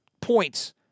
points